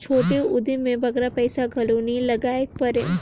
छोटे उदिम में बगरा पइसा घलो नी लगाएक परे